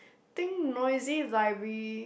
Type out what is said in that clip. think noisy library